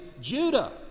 Judah